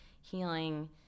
healing